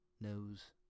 knows